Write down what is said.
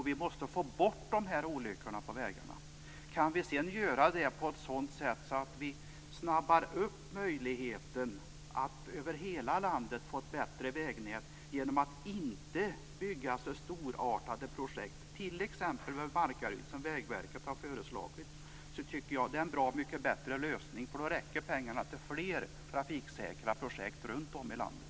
Vi måste få bort olyckorna på vägarna. Kan vi sedan göra det på ett sådant sätt att vi snabbar upp möjligheten att få ett bättre vägnät över hela landet genom att inte genomföra så storartade projekt, t.ex. genom Markaryd, som Vägverket har föreslagit, är det en bra mycket bättre lösning, för då räcker pengarna till fler trafiksäkra projekt runtom i landet.